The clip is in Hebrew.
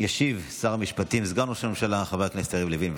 ישיב שר המשפטים וסגן ראש הממשלה חבר הכנסת יריב לוין,